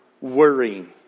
worrying